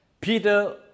Peter